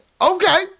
Okay